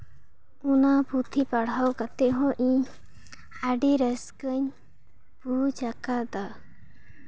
ᱚᱱᱟ ᱯᱩᱛᱷᱤ ᱯᱟᱲᱦᱟᱣ ᱠᱟᱛᱮᱫ ᱦᱚᱸ ᱤᱧ ᱟᱹᱰᱤ ᱨᱟᱹᱥᱠᱟᱹᱧ ᱵᱩᱡᱽ ᱟᱠᱟᱫᱟ